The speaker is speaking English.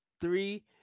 three